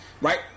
right